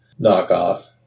knockoff